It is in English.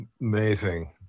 Amazing